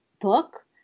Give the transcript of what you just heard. book